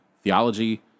theology